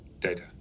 Data